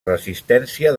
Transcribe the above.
resistència